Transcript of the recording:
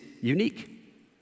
unique